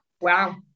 wow